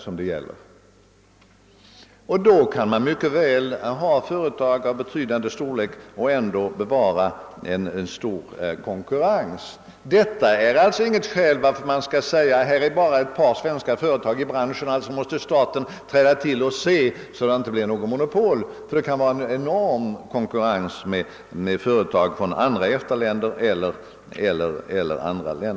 Och därför kan vi mycket väl ha ett fåtal företag av betydande storlek här i landet och ändå bevara konkurrensen. Det finns inga skäl för att säga att om vi bara har ett par svenska företag i en bransch, så måste staten träda till och ordna så att det inte blir något monopol. Det kan förekomma enorm konkurrens från företag i andra EFTA-länder eller från länder utanför EFTA.